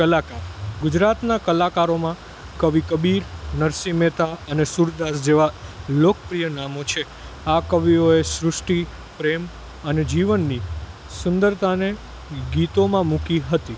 કલાકાર ગુજરાતના કલાકારોમાં કવિ કબીર નરસિંહ મહેતા અને સૂરદાસ જેવાં લોકપ્રિય નામો છે આ કવિઓએ સૃષ્ટિ પ્રેમ અને જીવનની સુંદરતાને ગીતોમાં મૂકી હતી